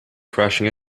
crashing